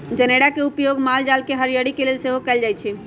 जनेरा के उपयोग माल जाल के हरियरी के लेल सेहो कएल जाइ छइ